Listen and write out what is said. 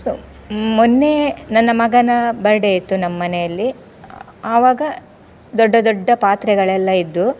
so ಮೊನ್ನೆ ನನ್ನ ಮಗನ ಬರ್ಡೆ ಇತ್ತು ನಮ್ಮ ಮನೆಯಲ್ಲಿ ಆವಾಗ ದೊಡ್ಡ ದೊಡ್ಡ ಪಾತ್ರೆಗಳೆಲ್ಲ ಇದ್ದವು